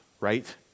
right